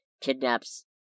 kidnaps